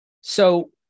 So-